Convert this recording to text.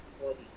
body